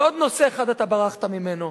ועוד נושא אחד, ברחת ממנו,